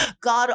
God